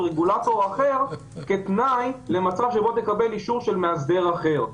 רגולטור אחר בתנאי שתקבל אישור של מאסדר אחר.